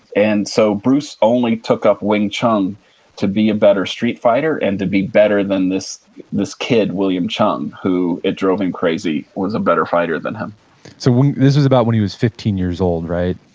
and so, bruce only took up wing chun to be a better street fighter and to be better than this this kid, william cheung, who it drove him crazy was a better fighter than him so this is about when he was fifteen years old, right?